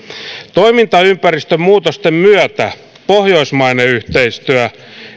toimintaympäristön muutosten myötä pohjoismainen yhteistyö